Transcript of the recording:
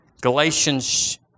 Galatians